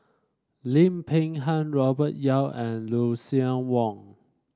Lim Peng Han Robert Yeo and Lucien Wang